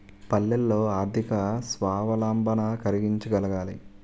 పల్లెల్లో ఆర్థిక స్వావలంబన కలిగించగలగాలి